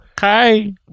Hi